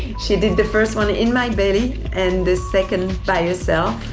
she did the first one in my belly and the second by herself.